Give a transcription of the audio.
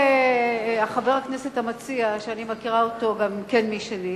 וחבר הכנסת המציע, שאני מכירה אותו שנים,